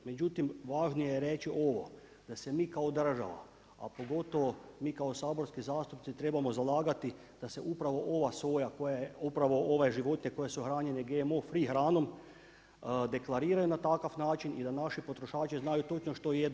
Međutim, važnije je reći ovo da se mi kao država a pogotovo mi kao saborski zastupnici trebamo zalagati da se upravo ova soja koja je, upravo ove životinje koje su hranjene GMO free hranom deklariraju na takav način i da naši potrošači znaju točno što jedu.